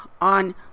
on